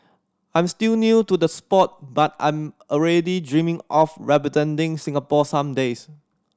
I'm still new to the sport but I'm already dreaming of representing Singapore some days